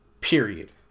period